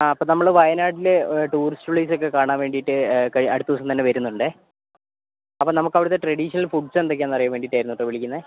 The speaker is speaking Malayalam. ആ അപ്പം നമ്മൾ വയനാട്ടിലെ ടൂറിസ്റ്റ് പ്ലേയിസൊക്കെ കാണാൻ വേണ്ടീട്ട് അടുത്ത ദിവസം തന്നെ വരുന്നുണ്ട് അപ്പം നമുക്കവിടുത്തെ ട്രെഡീഷണൽ ഫുഡ്സ് എന്തൊക്കെയാന്ന് അറിയാൻ വേണ്ടീട്ടായിരുന്നേട്ടോ വിളിക്കുന്നത്